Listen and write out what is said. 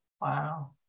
Wow